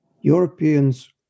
Europeans